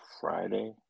Friday